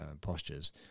postures